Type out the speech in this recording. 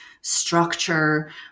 structure